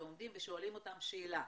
שעומדים ושואלים אותם שאלה: